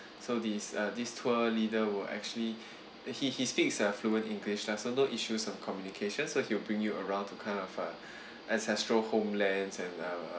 so this uh this tour leader will actually he he speaks uh fluent english lah so issues of communication so he'll bring you around to kind of uh ancestral homelands and uh